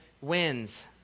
wins